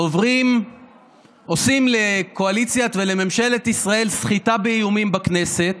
עושים לקואליציה ולממשלת ישראל סחיטה באיומים בכנסת